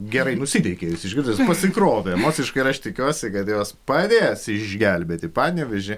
gerai nusiteikė jus išgirdus pasikrovė emociškai ir aš tikiuosi kad jos padės išgelbėti panevėžį